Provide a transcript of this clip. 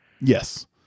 Yes